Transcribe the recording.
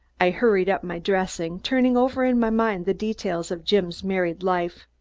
i hurried up my dressing, turning over in my mind the details of jim's married life.